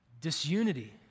disunity